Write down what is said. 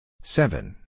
seven